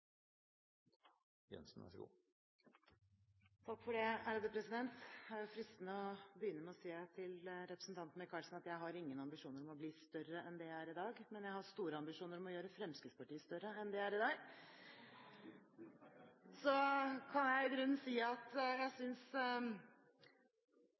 representanten Micaelsen at jeg ikke har noen ambisjoner om å bli større enn det jeg er i dag, men at jeg har store ambisjoner om å gjøre Fremskrittspartiet større enn de er i dag. Så kan jeg i grunnen si at jeg